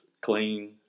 clean